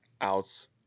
outs